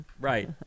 right